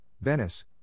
Venice